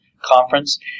conference